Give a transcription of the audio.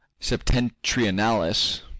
Septentrionalis